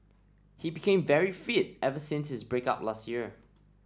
he became very fit ever since his break up last year